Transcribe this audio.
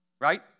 right